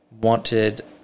wanted